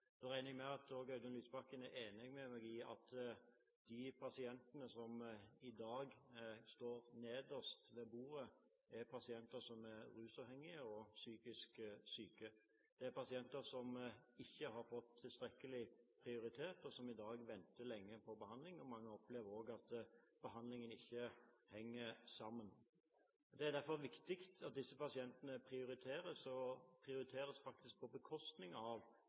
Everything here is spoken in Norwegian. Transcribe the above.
er enig med meg i at de pasientene som i dag står nederst ved bordet, er pasienter som er rusavhengige og psykisk syke. Dette er pasienter som ikke har fått tilstrekkelig prioritet, og som i dag venter lenge på behandling. Mange opplever òg at behandlingen ikke henger sammen. Det er derfor viktig at disse pasientene prioriteres og faktisk prioriteres på bekostning av